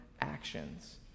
actions